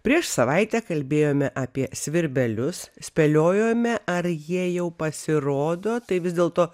prieš savaitę kalbėjome apie svirbelius spėliojome ar jie jau pasirodo tai vis dėlto